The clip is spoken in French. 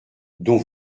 dont